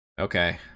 Okay